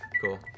Cool